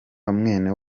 mwene